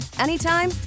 anytime